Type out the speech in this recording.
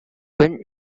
when